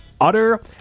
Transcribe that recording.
utter